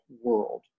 world